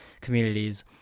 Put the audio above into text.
communities